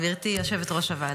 גברתי יושבת-ראש הוועדה,